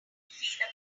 feel